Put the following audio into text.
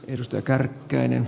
yhdestä kärkkäinen